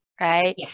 right